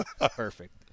Perfect